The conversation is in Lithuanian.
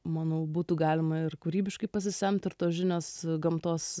manau būtų galima ir kūrybiškai pasisemt ir tos žinios gamtos